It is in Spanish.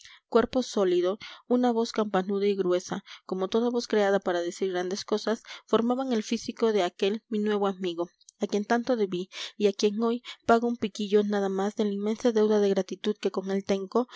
cuerpo sólido una voz campanuda y gruesa como toda voz creada para decir grandes cosas formaban el físico de aquel mi nuevo amigo a quien tanto debí y a quien hoy pago un piquillo nada más de la inmensa deuda de gratitud que con él tengo